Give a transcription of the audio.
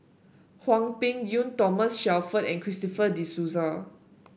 Hwang Peng Yuan Thomas Shelford and Christopher De Souza